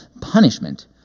punishment